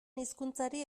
hizkuntzari